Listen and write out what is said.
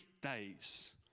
days